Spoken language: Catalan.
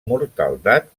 mortaldat